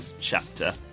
Chapter